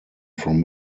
from